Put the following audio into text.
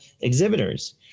exhibitors